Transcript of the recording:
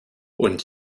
und